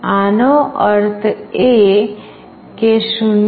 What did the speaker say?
આનો અર્થ એ કે 0